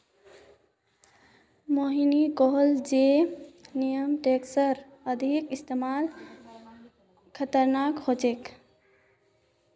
मोहिनी कहले जे नेमाटीसाइडेर अत्यधिक इस्तमाल खतरनाक ह छेक